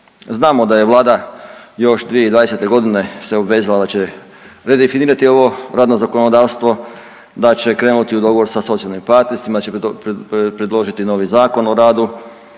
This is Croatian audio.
Znamo da je Vlada još 2020.g. se obvezala da će redefinirati ovo radno zakonodavstvo, da će krenuti u dogovor sa socijalnim partnerima, da će predložiti novi Zakon o radu,